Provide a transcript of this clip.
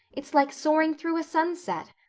it's like soaring through a sunset.